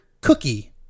cookie